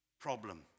Problem